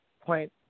point